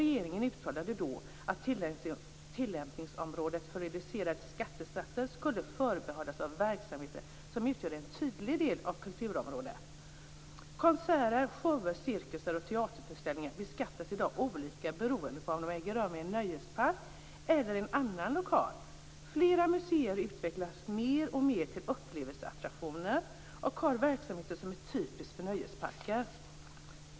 Regeringen uttalade då att tillämpningsområdet för reducerade skattesatser skulle förbehållas verksamheter som utgör en tydlig del av kulturområdet. Konserter, shower, cirkusar och teaterföreställningar beskattas i dag olika beroende på om de äger rum i en nöjespark eller i en annan lokal. Flera museer utvecklas mer och mer till upplevelseattraktioner och har verksamheter som är typiska för nöjesparker.